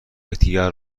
یکدیگر